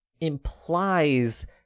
implies